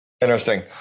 Interesting